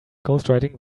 ghostwriting